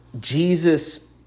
Jesus